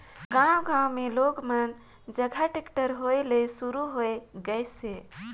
गांव गांव मे लोग मन जघा टेक्टर होय ले सुरू होये गइसे